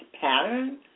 pattern